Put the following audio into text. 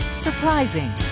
Surprising